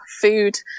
food